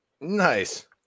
Nice